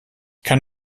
kann